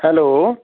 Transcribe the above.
hello